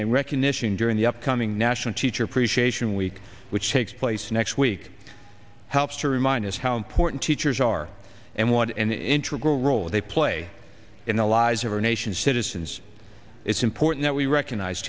and recognition during the upcoming national teacher appreciation week which takes place next week helps to remind us how important teachers are and what an enterable role they play in the lives of our nation's citizens it's important that we recognize